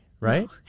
right